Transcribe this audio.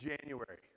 January